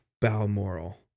Balmoral